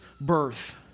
birth